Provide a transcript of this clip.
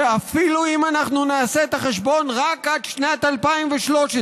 שאפילו אם אנחנו נעשה את החשבון רק עד שנת 2013,